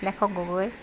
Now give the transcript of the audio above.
লেখক গগৈ